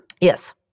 Yes